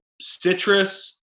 Citrus